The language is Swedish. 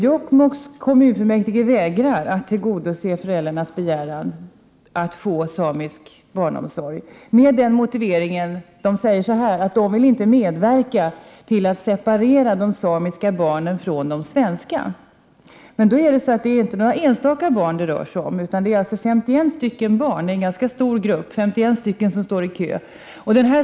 Jokkmokks kommun vägrar att tillgodose föräldrarnas begäran att få samisk barnomsorg med motiveringen att kommunen inte vill medverka till att separera de samiska barnen från de svenska. Men det rör sig inte om några enstaka barn. Det är 51 barn — en ganska stor grupp — som står i kö.